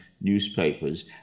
newspapers